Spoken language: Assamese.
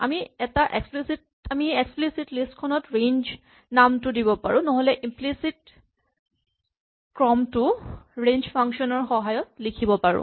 আমি এই এক্সপ্লিচিট লিষ্ট খনত ৰেঞ্জ নামটো দিব পাৰো নহ'লে ইম্লিচিট ক্ৰমটো ৰেঞ্জ ফাংচন ৰ সহায়ত লিখিব পাৰো